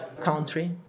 country